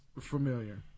familiar